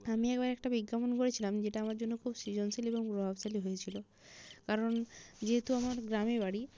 আমি একবার একটা বিজ্ঞাপন পড়েছিলাম যেটা আমার জন্য খুব সৃজনশীল এবং প্রভাবশালী হয়েছিলো কারণ যেহেতু আমার গ্রামে বাড়ি